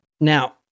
now